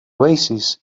oasis